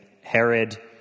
Herod